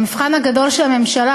המבחן הגדול של הממשלה,